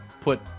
Put